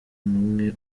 n’umwe